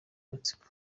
amatsiko